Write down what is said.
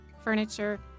furniture